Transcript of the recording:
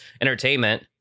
entertainment